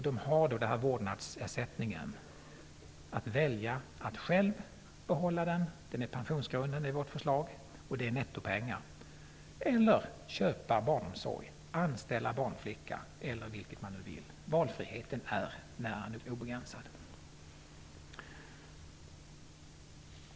De skall kunna välja mellan att själva behålla vårdnadsersättningen, som i vårt förslag utgår netto och är pensionsgrundande, eller att köpa barnomsorg. De skall kunna anställa barnflicka eller förfara på annat sätt. Valfriheten är nära nog obegränsad.